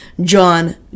John